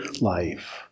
life